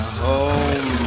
home